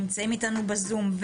נמצאים איתנו בזום,